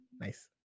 nice